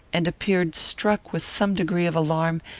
and appeared struck with some degree of alarm,